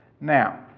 Now